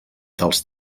dels